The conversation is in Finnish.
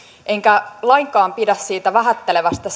enkä lainkaan pidä siitä vähättelevästä